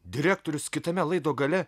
direktorius kitame laido gale